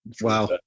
Wow